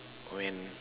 when